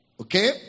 Okay